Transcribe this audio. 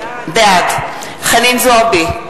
בעד חנין זועבי,